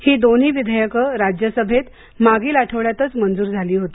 ही दोन्ही विधेयकं राज्यसभेत मागील आठवड्यातच मंजूर झाली होती